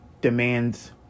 demands